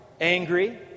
angry